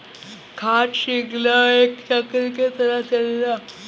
खाद्य शृंखला एक चक्र के तरह चलेला